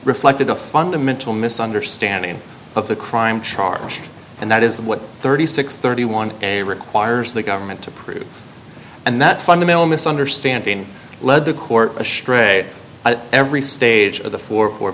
reflected a fundamental misunderstanding of the crime charge and that is that what thirty six thirty one a requires the government to prove and that fundamental misunderstanding led the court astray at every stage of the four four